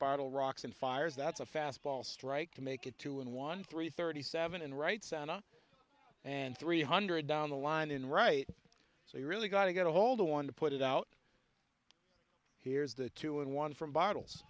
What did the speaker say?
bottle rocks and fires that's a fast ball strike to make it two in one three thirty seven and right santa and three hundred down the line in right so you really got to get a hold on to put it out here's the two and one from bottles